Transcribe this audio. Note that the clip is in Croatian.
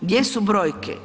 Gdje su brojke?